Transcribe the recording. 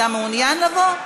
אתה מעוניין לבוא?